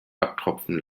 abtropfen